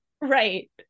right